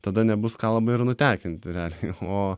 tada nebus ką labai ir nutekinti realiai o